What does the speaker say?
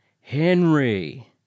Henry